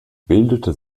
bildete